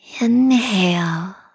Inhale